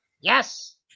Yes